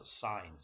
signs